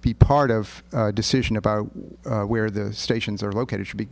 be part of a decision about where the stations are located should be